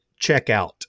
checkout